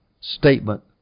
statement